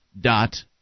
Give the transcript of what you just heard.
dot